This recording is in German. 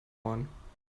ohren